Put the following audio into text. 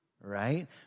right